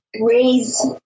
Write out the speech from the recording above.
Raise